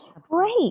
Great